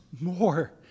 more